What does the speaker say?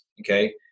okay